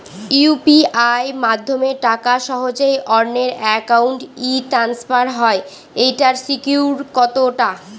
UPI মাধ্যমে টাকা সহজেই অন্যের অ্যাকাউন্ট ই ট্রান্সফার হয় এইটার সিকিউর কত টা?